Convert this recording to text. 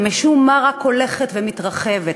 שמשום מה רק הולכת ומתרחבת,